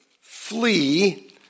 Flee